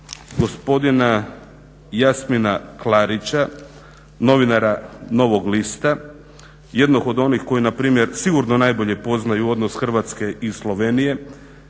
Hvala